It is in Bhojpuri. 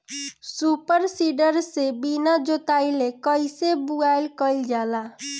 सूपर सीडर से बीना जोतले कईसे बुआई कयिल जाला?